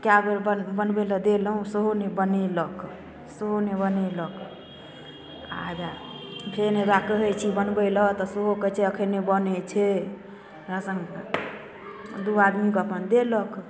कएक बेर अपन बनबैलए देलहुँ सेहो नहि बनेलक सेहो नहि बनेलक आओर हौवे फेर हौवे कहै छी बनबैलए तऽ सेहो कहै छै एखन नहि बनै छै राशन दुइ आदमीके अपन देलक